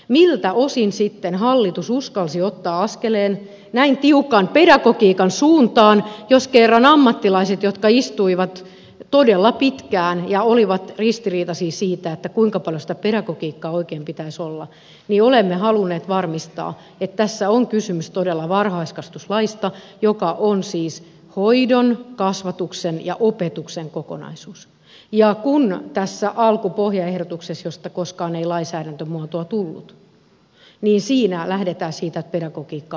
miltä osin sitten hallitus uskalsi ottaa askeleen näin tiukan pedagogiikan suuntaan jos kerran ammattilaiset jotka istuivat todella pitkään ja olivat ristiriitaisia siitä kuinka paljon sitä pedagogiikkaa oikein pitäisi olla niin olemme halunneet varmistaa että tässä on kysymys todella varhaiskasvatuslaista joka on siis hoidon kasvatuksen ja opetuksen kokonaisuus kun tässä alkupohjaehdotuksessa josta koskaan ei lainsäädäntömuotoa tullut lähdetään siitä että pedagogiikkaa on merkittävästi vähemmän